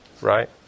right